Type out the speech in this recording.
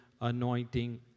anointing